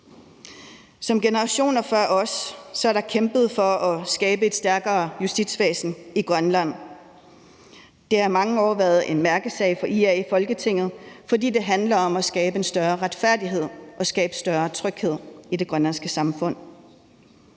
Med generationer før os er der kæmpet for at skabe et stærkere justitsvæsen i Grønland. Det har i mange år været en mærkesag for IA i Folketinget, fordi det handler om at skabe en større retfærdighed og skabe en større tryghed i det grønlandske samfund.